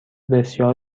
بسیار